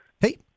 Hey